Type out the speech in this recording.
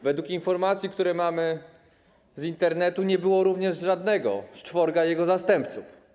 Według informacji, które mamy z Internetu, nie było również żadnego z czworga jego zastępców.